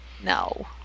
No